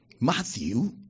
Matthew